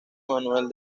manuel